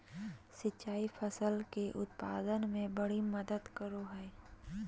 सिंचाई फसल के उत्पाद में बड़ी मदद करो हइ